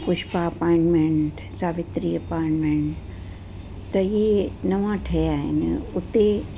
Pushpa apartment Savitri apartment त इहे नवां ठहियां आहिनि उते